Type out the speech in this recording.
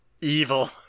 evil